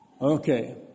Okay